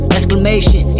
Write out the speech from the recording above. Exclamation